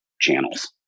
channels